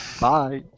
Bye